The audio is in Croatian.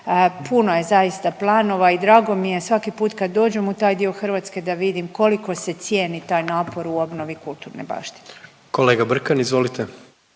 Puno je zaista planova i drago mi je, svaki put kad dođem u taj dio Hrvatske da vidim koliko se cijeni taj napor u obnovi kulturne baštine. **Jandroković,